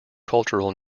cultural